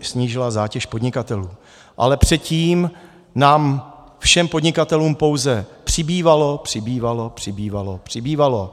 snížila zátěž podnikatelů, ale předtím nám všem podnikatelům pouze přibývalo, přibývalo, přibývalo, přibývalo.